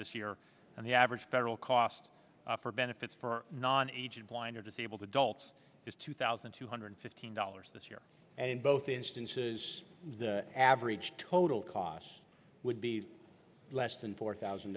this year and the average federal cost for benefits for non aged blind or disabled adults is two thousand two hundred fifteen dollars this year and in both instances the average total cost would be less than four thousand